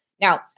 Now